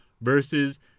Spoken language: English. versus